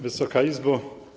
Wysoka Izbo!